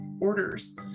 orders